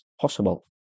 possible